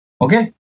Okay